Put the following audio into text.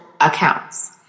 accounts